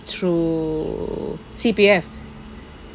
through C_P_F